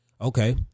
Okay